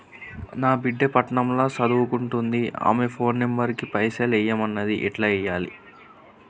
నా బిడ్డే పట్నం ల సదువుకుంటుంది ఆమె ఫోన్ నంబర్ కి పైసల్ ఎయ్యమన్నది ఎట్ల ఎయ్యాలి?